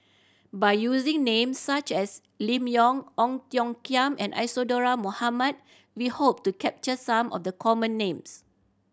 by using names such as Lim Yau Ong Tiong Khiam and Isadhora Mohamed we hope to capture some of the common names